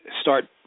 start